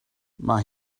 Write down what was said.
mae